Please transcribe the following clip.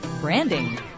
branding